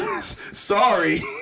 sorry